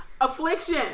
Affliction